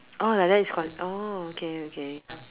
orh like that is con~ orh okay okay